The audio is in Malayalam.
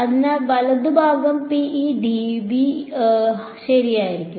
അതിനാൽ വലതുഭാഗം ശരിയാകും